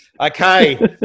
Okay